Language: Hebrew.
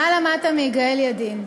מה למדת מיגאל ידין?